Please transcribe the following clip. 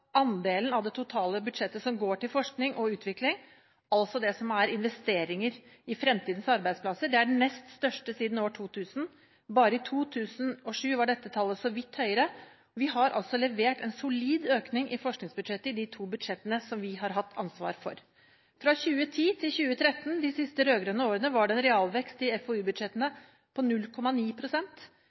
Andelen av det totale budsjettet som går til forskning og utvikling – altså det som er investeringer i fremtidens arbeidsplasser – er den nest største siden 2000, bare i 2007 var dette tallet så vidt høyere. Vi har altså levert en solid økning i forskningsbudsjettet i de to budsjettene som vi har hatt ansvar for. Fra 2010 til 2013, de siste rød-grønne årene, var det en realvekst i FoU-budsjettene på